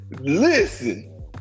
Listen